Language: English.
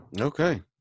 Okay